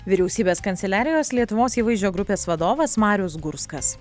vyriausybės kanceliarijos lietuvos įvaizdžio grupės vadovas marius gurskas